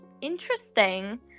interesting